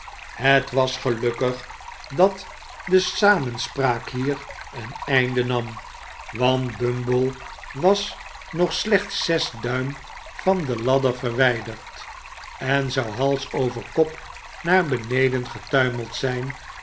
het was gelukkig dat de samenspraak hier een einde nam want bumble was nog slechts zes duim van de ladder verwijderd en zou hals over kop naar beneden getuimeld zijn